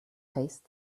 faced